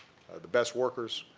the best worker,